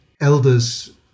elders